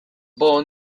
born